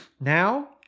Now